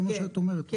זה מה שאת אומרת.